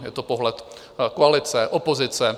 Je to pohled koalice opozice.